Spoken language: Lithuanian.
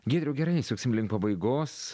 giedriau gerai suksim link pabaigos